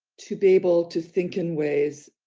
to be able to think in ways